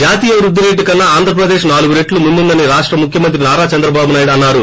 జాతీయ వృద్ధిరేటు కన్పా ఆంధ్రప్రదేశ్ నాలుగు రెట్లు ముందుందని రాష్ట ముఖ్యమంత్రి ే నారా చంద్రబాబు నాయుడు అన్నారు